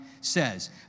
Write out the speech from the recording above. says